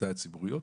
בשנותיי הציבוריות.